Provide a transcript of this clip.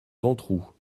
ventroux